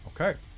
okay